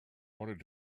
wanted